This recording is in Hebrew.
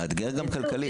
מאתגר גם כלכלית.